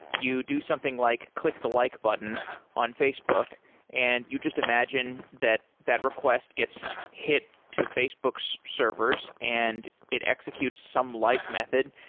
you do something like click the like button on facebook and you just imagine that that request gets hit to facebook's servers and it executes some like method.